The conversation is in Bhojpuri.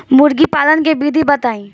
मुर्गी पालन के विधि बताई?